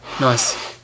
Nice